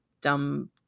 dumb